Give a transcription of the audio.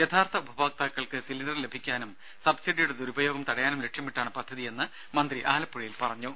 യഥാർത്ഥ ഉപഭോക്താക്കൾക്ക് സിലിണ്ടർ ലഭിക്കാനും സബ്സിഡിയുടെ ദുരുപയോഗം തടയാനും ലക്ഷ്യമിട്ടാണ് പദ്ധതിയെന്ന് മന്ത്രി ആലപ്പുഴയിൽ പറഞ്ഞു